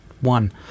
one